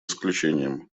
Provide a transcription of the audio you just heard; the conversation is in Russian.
исключением